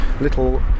little